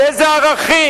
על איזה ערכים?